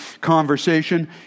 conversation